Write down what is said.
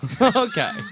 Okay